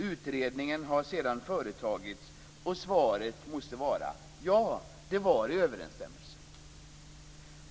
Utredningen har sedan företagits, och svaret måste vara: Ja, det var i överensstämmelse.